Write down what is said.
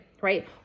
right